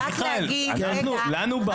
אותו.